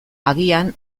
agian